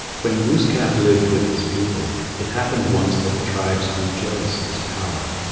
hen glooskap lived with his people it happened once that the tribes grew jealous of his power.